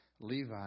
Levi